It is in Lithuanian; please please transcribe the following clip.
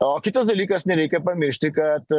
o kitas dalykas nereikia pamiršti kad